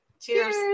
Cheers